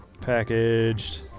Packaged